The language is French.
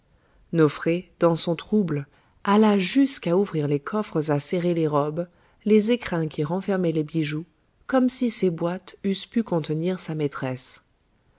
nofré dans son trouble alla jusqu'à ouvrir les coffres à serrer les robes les écrins qui renfermaient les bijoux comme si ces boîtes eussent pu contenir sa maîtresse